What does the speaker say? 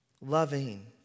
loving